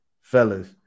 fellas